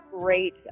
great